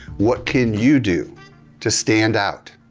what can you do to stand out?